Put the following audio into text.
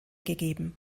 gegeben